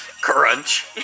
crunch